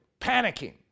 panicking